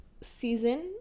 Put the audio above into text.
season